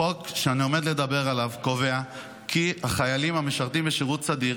החוק שאני עומד לדבר עליו קובע כי החיילים המשרתים בשירות סדיר